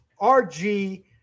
RG